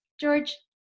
George